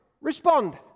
respond